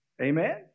Amen